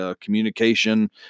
communication